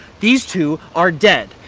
these two are dead,